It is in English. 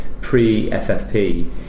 pre-FFP